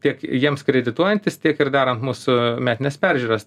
tiek jiems kredituojantys tiek ir darant mūsų metines peržiūras